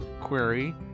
query